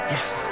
Yes